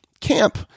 camp